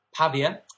Pavia